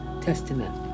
Testament